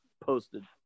posted